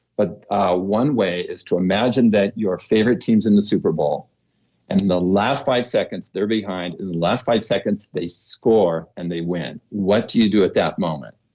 but one way is to imagine that your favorite team is in the superbowl and in the last five seconds they're behind, in the last five seconds they score and they win what do you do at that moment?